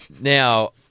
Now